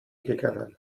gegangen